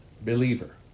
believer